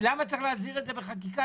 למה צריך להסדיר את זה בחקיקה?